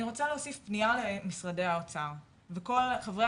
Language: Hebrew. אני רוצה להוסיף פנייה למשרד האוצר ולכל חברי